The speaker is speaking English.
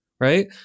right